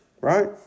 right